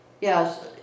Yes